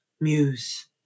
muse